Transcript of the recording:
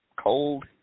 Cold